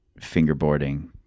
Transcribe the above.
fingerboarding